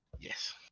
Yes